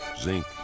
zinc